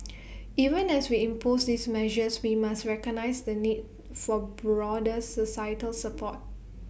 even as we improve these measures we must recognise the need for broader societal support